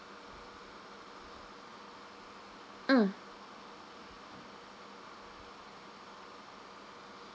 mm